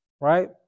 Right